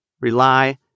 rely